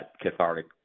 cathartic